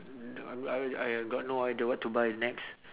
n~ I got uh I got no idea what to buy next